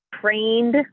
trained